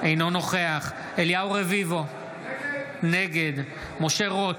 אינו נוכח אליהו רביבו, נגד משה רוט,